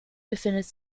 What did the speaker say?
befindet